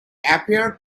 appeared